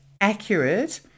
accurate